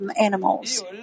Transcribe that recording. animals